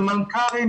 למלכ"רים,